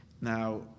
Now